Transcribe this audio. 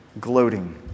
Gloating